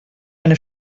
eine